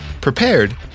prepared